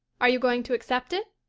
are you going to accept it?